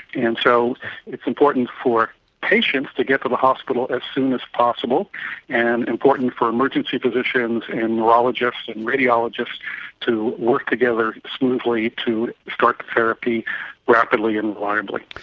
and so it's important for patients to get to the hospital as soon as possible and important for emergency physicians and neurologists and radiologists to work together smoothly to start the therapy rapidly and reliably.